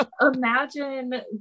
imagine